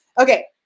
Okay